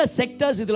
sectors